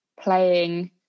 playing